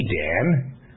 Dan